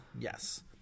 yes